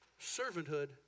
servanthood